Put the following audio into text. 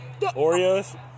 Oreos